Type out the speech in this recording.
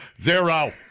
Zero